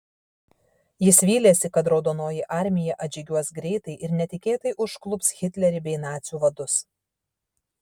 jis vylėsi kad raudonoji armija atžygiuos greitai ir netikėtai užklups hitlerį bei nacių vadus